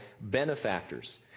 benefactors